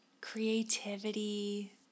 creativity